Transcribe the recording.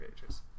pages